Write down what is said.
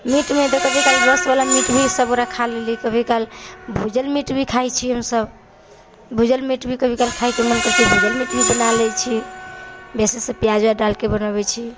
मीटमे तऽ कभी काल रसवला मीट भी सभ गोटा खाइ लेलियै कभी काल भुजल मीट भी खाइ छियै हम सभ भुजल मीट भी कभी काल खाइके मन करै छै भुजल मीट भी बना लै छियै बेसीसँ प्याज डालिके बनाबै छियै